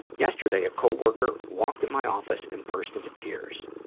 yesterday a co-worker walked in my office and burst into tears.